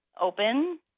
open